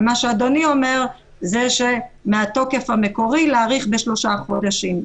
ומה שאדוני אומר זה מהתוקף המקורי להאריך בשלושה חודשים.